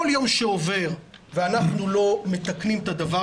כל יום שעובר ואנחנו לא מתקנים את הדבר